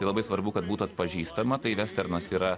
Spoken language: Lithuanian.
labai svarbu kad būtų atpažįstama tai vesternas yra